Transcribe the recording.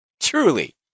Truly